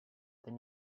they